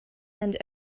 end